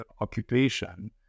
occupation